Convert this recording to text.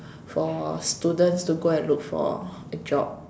for students to go and look for a job